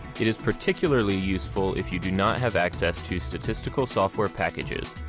it is particularly useful if you do not have access to statistical software packages,